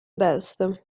best